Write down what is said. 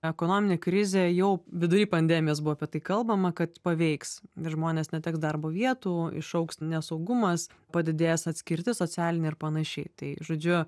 ekonominė krizė jau vidury pandemijos buvo apie tai kalbama kad paveiks žmonės neteks darbo vietų išaugs nesaugumas padidės atskirtis socialinė ir panašiai tai žodžiu